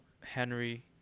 Henry